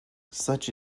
such